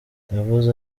yavuze